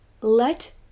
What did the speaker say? let